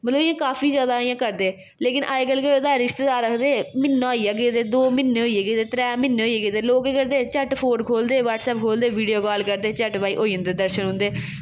मतलब इ'यां काफी जादा इ'यां करदे लेकिन अज्ज कल केह् होआ दा रिश्तेदार आखदे म्हीना होई गेआ गेदे दो म्हीने होई गे गेदे त्रै म्हीने होई गे गेदे लोग केह् करदे झट्ट फोन खोह्लदे ब्हटसैप खोह्लदे वीडियो कॉल करदे झट्ट भाई होई जंदे दर्शन उं'दे